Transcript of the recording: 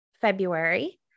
February